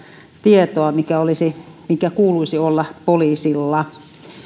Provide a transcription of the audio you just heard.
tietoa minkä kuuluisi olla poliisilla mutta